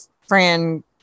Fran